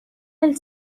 del